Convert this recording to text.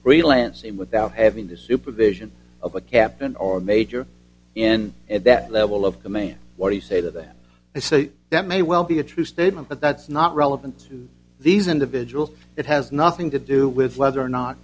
freelancing without having the supervision of a captain or major in at that level of command what do you say to them i say that may well be a true statement but that's not relevant to these individuals it has nothing to do with whether or not